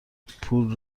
پول